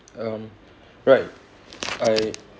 um right I